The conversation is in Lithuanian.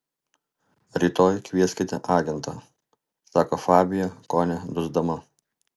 rytoj kvieskite agentą sako fabija kone dusdama